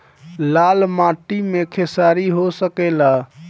लाल माटी मे खेसारी हो सकेला?